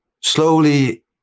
slowly